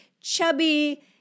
chubby